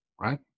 right